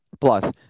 plus